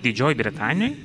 didžiojoj britanijoj